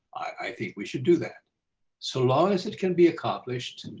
i think we should do that so long as it can be accomplished